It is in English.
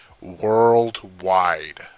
worldwide